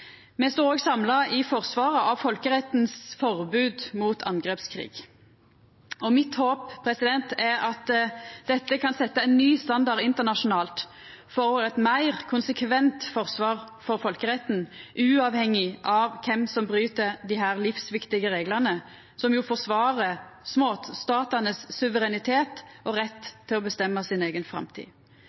me står òg samla i forsvaret av folkerettens forbod mot angrepskrig. Håpet mitt er at dette kan setja ein ny standard internasjonalt, for eit meir konsekvent forsvar for folkeretten uavhengig av kven som bryt desse livsviktige reglane som forsvarer småstatenes suverenitet og rett til å bestemma si eiga framtid.